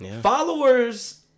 Followers